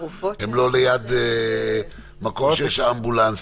הם לא ליד מקום שיש אמבולנס וכד'.